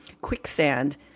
quicksand